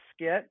skit